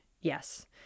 yes